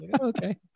okay